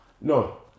No